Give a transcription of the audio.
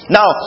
Now